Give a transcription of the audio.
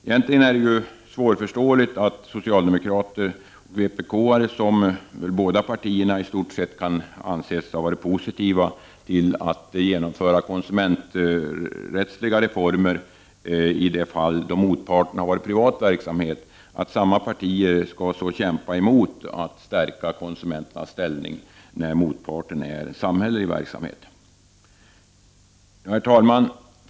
Egentligen är det svårförståeligt att socialdemokraterna och vpk, vilka båda partier i stort sett kan anses ha varit positiva till att genomföra konsumenträttsliga reformer i de fall motparten har varit privat verksamhet, nu motsätter sig att stärka konsumenternas ställning i och med att motparten är samhällelig verksamhet. Herr talman!